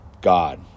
God